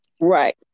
Right